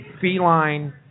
feline